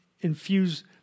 infuse